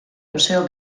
museo